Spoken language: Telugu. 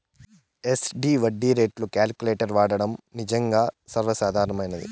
ఎస్.డి వడ్డీ రేట్లు కాలిక్యులేటర్ వాడడం నిజంగా సర్వసాధారణమైనది